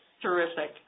Terrific